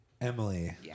emily